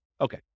Okay